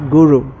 Guru